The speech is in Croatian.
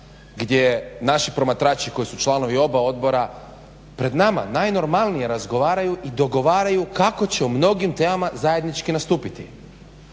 gdje naši promatrači koji su članovi oba odbora pred nama najnormalnije razgovaraju i dogovaraju kako će o mnogim temama zajednički nastupiti.